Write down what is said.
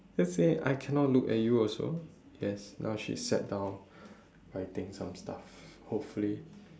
just say I cannot look at you also yes now she sat down writing some stuff hopefully